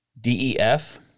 DEF